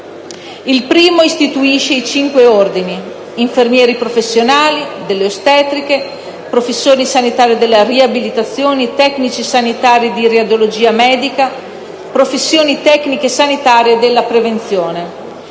Il primo istituisce i cinque ordini: infermieri professionali, ostetriche, professioni sanitarie della riabilitazione, tecnici sanitari di radiologia medica, professioni tecnico-sanitarie e della prevenzione.